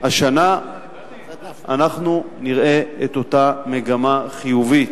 השנה אנחנו נראה את אותה מגמה חיובית.